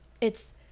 It's